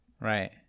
Right